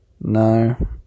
no